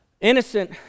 innocent